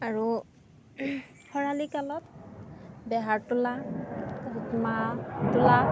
আৰু খৰালি কালত বেহাৰ তোলা মাহ তোলা